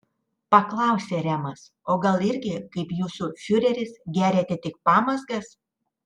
paklausė remas o gal irgi kaip jūsų fiureris geriate tik pamazgas